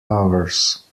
hours